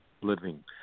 living